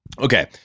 okay